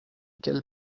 quelle